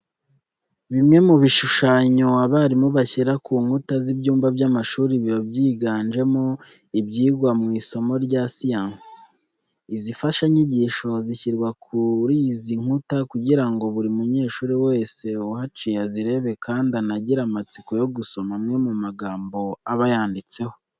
Bimwe mu bishushanyo abarimu bashyira ku nkuta z'ibyumba by'amashuri biba byiganjemo ibyigwa mu isomo rya siyansi. Izi mfashanyigisho zishyirwa kuri izi nkuta kugira ngo buri munyeshuri wese uhaciye azirebe kandi anagire amatsiko yo gusoma amwe mu magambo aba yanditseho.